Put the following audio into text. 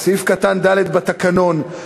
בתקנון,